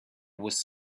was